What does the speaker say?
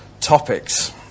topics